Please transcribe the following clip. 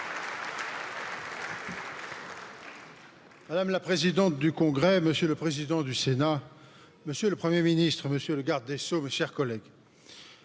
madame la présidente du congrès monsieur le président du sénat monsieur le premier ministre monsieur le garde des sceaux mes chers collègues